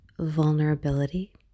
vulnerability